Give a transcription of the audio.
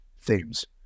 themes